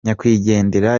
nyakwigendera